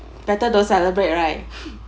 better don't celebrate right